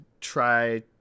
try